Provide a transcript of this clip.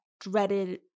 dreaded